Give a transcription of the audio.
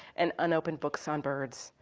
and unopened books on birds,